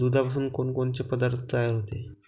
दुधापासून कोनकोनचे पदार्थ तयार होते?